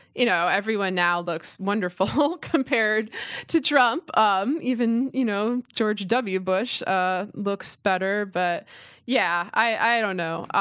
you know, everyone now looks wonderful compared to trump, um even you know george w. bush ah looks better. but yeah, i don't know,